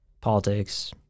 politics